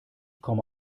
komme